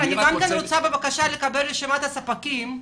אני רוצה לבקש גם רשימה של ספקים.